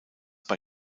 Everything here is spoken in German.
bei